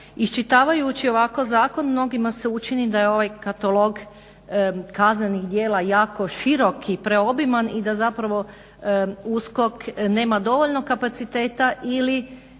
Iščitavajući ovako zakon mnogima se učini da je ovaj katalog kaznenih djela jako širok i preobiman i da zapravo USKOK nema dovoljno kapaciteta ili